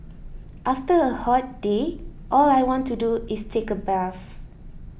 after a hot day all I want to do is take a bath